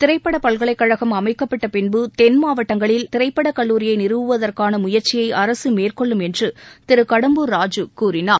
திரைப்பட பல்கலைக்கழகம் அமைக்கப்பட்ட பின்பு தென் மாவட்டங்களில் அரசு திரைப்படக்கல்லூரியை நிறுவுவதற்கான முயற்சியை அரசு மேற்கொள்ளும் என்று திரு கடம்பூர் ராஜு கூறினார்